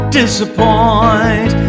disappoint